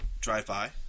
drive-by